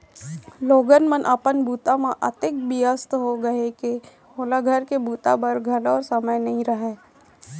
लोगन मन अपन बूता म अतेक बियस्त हो गय हें के ओला घर के बूता बर घलौ समे नइ रहय